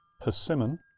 persimmon